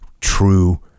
true